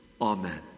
Amen